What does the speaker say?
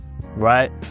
right